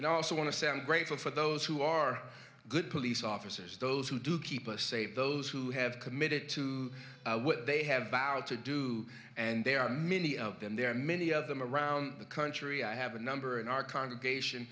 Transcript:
i also want to say i'm grateful for those who are good police officers those who do keep us safe those who have committed to what they have vowed to do and there are many of them there are many of them around the country i have a number in our congregation